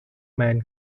man